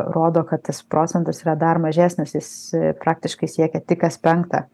rodo kad tas procentas yra dar mažesnis jis praktiškai siekia tik kas penktą